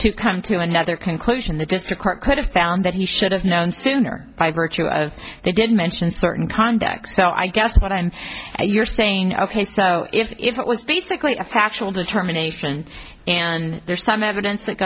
to come to another conclusion the district court could have found that he should've known sooner by virtue of they didn't mention certain context so i guess what i'm you're saying ok so if it was basically a factual determination and there's some evidence that